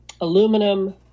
aluminum